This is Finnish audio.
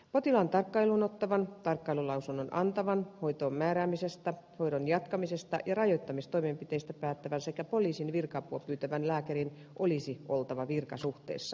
potilaan tarkkailuun ottavan tarkkailulausunnon antavan hoitoon määräämisestä hoidon jatkamisesta ja rajoittamistoimenpiteistä päättävän sekä poliisin virka apua pyytävän lääkärin olisi oltava virkasuhteessa